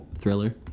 thriller